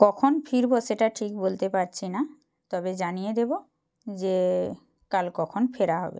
কখন ফিরবো সেটা ঠিক বলতে পারছি না তবে জানিয়ে দেবো যে কাল কখন ফেরা হবে